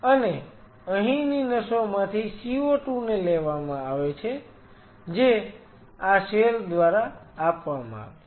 અને અહીંની નસોમાંથી CO2 ને લેવામાં આવે છે જે આ સેલ દ્વારા આપવામાં આવે છે